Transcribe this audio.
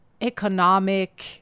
economic